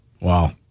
Wow